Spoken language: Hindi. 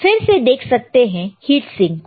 तो फिर से देख सकते हैं हीट सिंक को